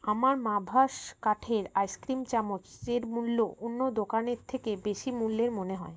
আমার মাভাস কাঠের আইসক্রিম চামচ এর মূল্য অন্য দোকানের থেকে বেশি মূল্যের মনে হয়